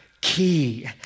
key